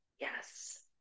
Yes